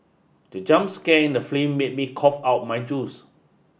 the jump scare in the made me cough out my juice